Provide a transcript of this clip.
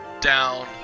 down